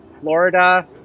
Florida